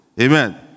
Amen